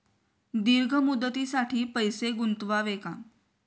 दीर्घ मुदतीसाठी पैसे गुंतवावे का?